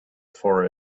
for